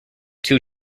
two